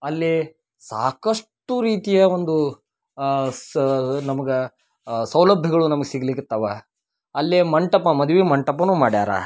ಅಲ್ಲಿ ಸಾಕಷ್ಟು ರೀತಿಯ ಒಂದು ಸ್ ನಮಗೆ ಸೌಲಭ್ಯಗಳು ನಮಗೆ ಸಿಗ್ಲಿಕತ್ತಾವ ಅಲ್ಲೇ ಮಂಟಪ ಮದುವೆ ಮಂಟಪಯನ್ನೂ ಮಾಡ್ಯಾರ